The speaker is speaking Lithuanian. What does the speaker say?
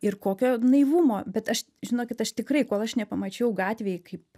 ir kokio naivumo bet aš žinokit aš tikrai kol aš nepamačiau gatvėj kaip